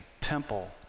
temple